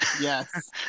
Yes